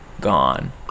gone